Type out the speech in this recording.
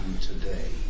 today